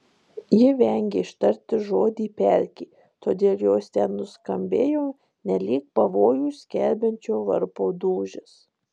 ji vengė ištarti žodį pelkė todėl jos ten nuskambėjo nelyg pavojų skelbiančio varpo dūžis